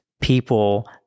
people